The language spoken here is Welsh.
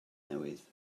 newydd